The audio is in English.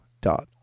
dot